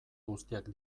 guztiak